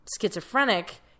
schizophrenic